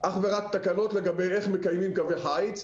אך ורק תקנות לגבי איך מקיימים קווי חיץ.